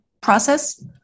process